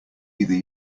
either